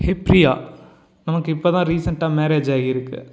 he Priya நமக்கு இப்போது தான் ரீசெண்ட்டா மேரேஜ் ஆகியிருக்குது